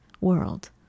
world